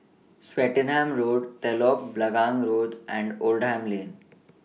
Swettenham Road Telok Blangah Road and Oldham Lane